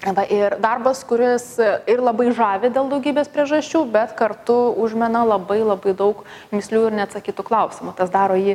va ir darbas kuris ir labai žavi dėl daugybės priežasčių bet kartu užmena labai labai daug mįslių ir neatsakytų klausimų tas daro jį